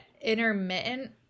intermittent